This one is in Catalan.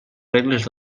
regles